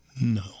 No